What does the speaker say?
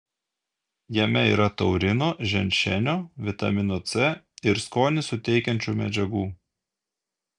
jame yra taurino ženšenio vitamino c ir skonį suteikiančių medžiagų